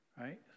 right